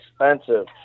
expensive